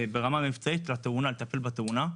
ברמה מבצעית לטפל בתאונה,